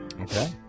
Okay